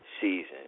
season